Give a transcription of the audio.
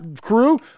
crew